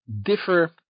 differ